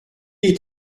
est